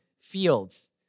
fields